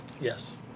Yes